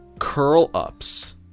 curl-ups